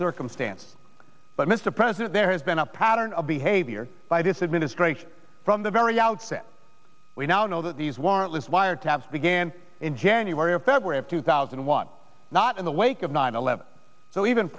circumstance but mr president there has been a pattern of behavior by this administration from the very outset we now know that these warrantless wiretaps began in january or february of two thousand and one not in the wake of nine eleven so even